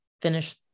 finish